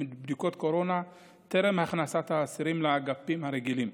קורונה טרם הכנסת האסירים לאגפים הרגילים,